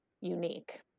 unique